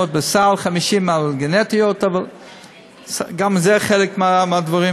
500 בסל, 50 על גנטיות, אבל גם זה חלק מהדברים